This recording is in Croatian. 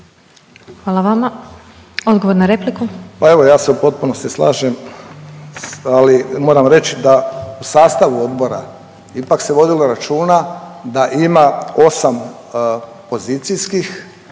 Hvala. Odgovor na repliku